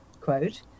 quote